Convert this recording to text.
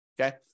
Okay